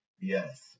Yes